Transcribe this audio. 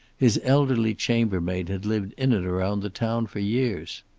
his elderly chambermaid had lived in and around the town for years.